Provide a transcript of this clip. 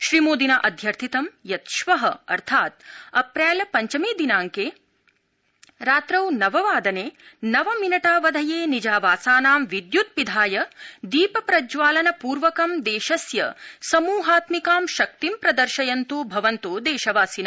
श्रीमोदिना अध्यर्थितं यत् श्व अर्थात् अप्रैल पञ्चमे दिनांके रात्रौ नववादने नवमिनटावधये निजावासानां विद्य्त्पिधाय दीप प्रज्वालन पूर्वकं देशस्य समूहात्मिकां शक्तिम् सप्रदर्शयन्त् भवन्तो देशवासिन